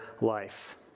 life